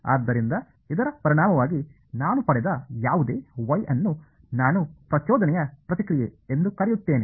ಆದ್ದರಿಂದ ಇದರ ಪರಿಣಾಮವಾಗಿ ನಾನು ಪಡೆದ ಯಾವುದೇ Y ಅನ್ನು ನಾನು ಪ್ರಚೋದನೆಯ ಪ್ರತಿಕ್ರಿಯೆ ಎಂದು ಕರೆಯುತ್ತೇನೆ